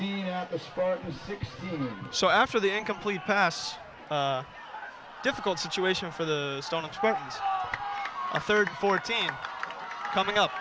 here so after the incomplete pass difficult situation for the third fourteen coming up